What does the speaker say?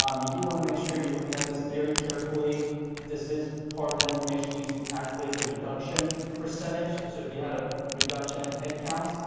um you do want to make sure you're looking at this very carefully this is part of the information used to calculate the reduction percentage. so, if you had a reduction in headcount,